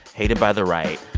hated by the right.